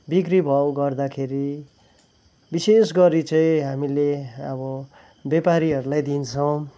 बिक्री भाउ गर्दाखेरि विशेष गरी चाहिँ हामीले अब व्यापारीहरूलाई दिन्छौँ